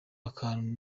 akantu